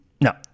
No